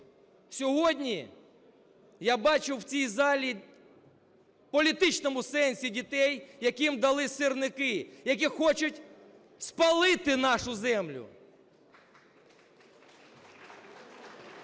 Сьогодні я бачу в цій залі в політичному сенсі дітей, яким дали сірники, які хочуть спалити нашу землю.